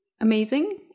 amazing